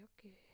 okay